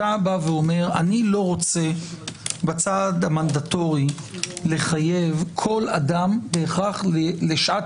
אתה אומר: אני לא רוצה בצעד המנדטורי לחייב כל אדם בהכרח לשעת